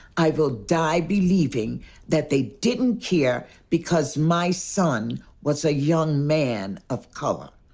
i will die believing that they didn't care, because my son was a young man of color.